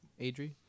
Adri